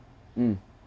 mm